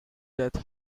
death